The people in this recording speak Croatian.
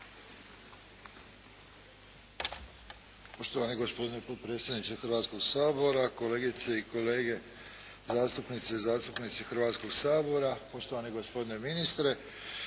Poštovani gospodine potpredsjedniče Hrvatskoga sabora, kolegice i kolege zastupnice i zastupnici Hrvatskoga sabora, poštovani gospodine ministre.